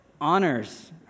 honors